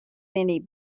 many